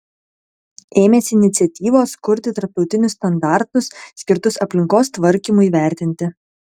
ėmėsi iniciatyvos kurti tarptautinius standartus skirtus aplinkos tvarkymui vertinti